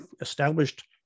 established